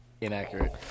inaccurate